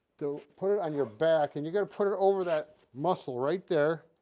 to put it on your back, and you're going to put it over that muscle right there.